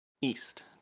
east